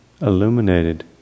illuminated